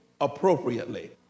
appropriately